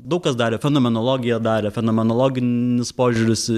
daug kas darė fenomenologija darė fenomenologinis požiūris